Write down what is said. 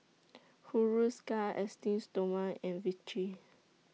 Hiruscar Esteem Stoma and Vichy